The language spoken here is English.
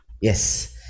Yes